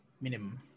minimum